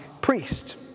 priest